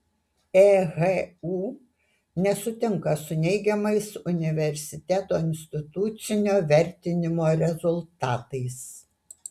ehu nesutinka su neigiamais universiteto institucinio vertinimo rezultatais